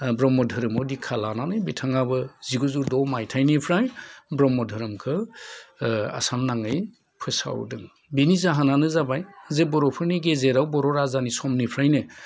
ब्रह्म धोरोमाव दिक्षा लानानै बिथाङाबो जिगुजौ ड' माइथायनिफ्राय ब्रह्म धोरोमखो ओ आसाम नाङै फोसावदों बेनि जाहोनानो जाबाय जे बर'फोरनि गेजेराव बर' राजानि समनिफ्रायनो